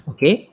Okay